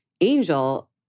Angel